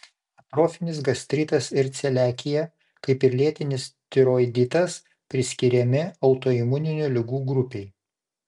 atrofinis gastritas ir celiakija kaip ir lėtinis tiroiditas priskiriami autoimuninių ligų grupei